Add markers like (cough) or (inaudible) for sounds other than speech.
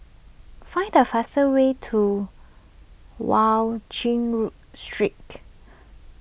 find the fastest way to (unintelligible) Road Street